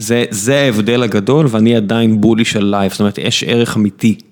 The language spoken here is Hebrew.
זה...זה ההבדל הגדול ואני עדיין בולי של לייב, זאת אומרת יש ערך אמיתי.